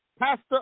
pastor